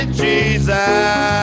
jesus